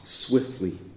Swiftly